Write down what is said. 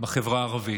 בחברה הערבית.